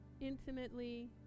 Intimately